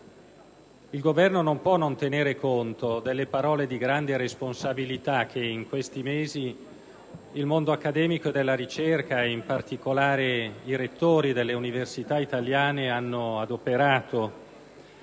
Il Governo non può non tenere conto delle parole di grande responsabilità che in questi mesi il mondo accademico e della ricerca, in particolare, i rettori delle università italiane, hanno adoperato